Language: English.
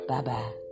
Bye-bye